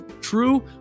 true